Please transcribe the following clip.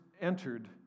entered